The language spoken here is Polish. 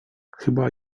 chyba